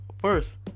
first